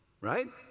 right